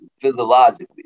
physiologically